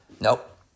Nope